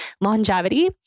longevity